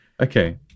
Okay